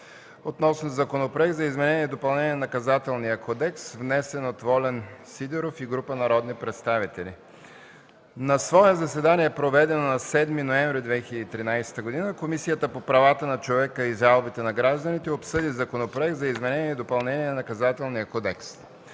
относно Законопроект за изменение и допълнение на Наказателния кодекс, внесен от Волен Сидеров и група народни представители На свое заседание, проведено на 7 ноември 2013 г., Комисията по правата на човека и жалбите на гражданите обсъди Законопроекта за изменение и допълнение на Наказателния кодекс.